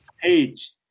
page